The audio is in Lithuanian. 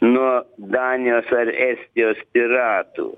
nuo danijos ar estijos piratų